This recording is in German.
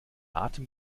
atem